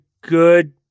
good